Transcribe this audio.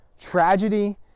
Tragedy